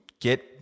get